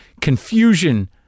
confusion